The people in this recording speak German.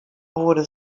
wurde